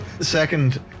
second